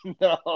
no